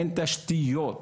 אין תשתיות.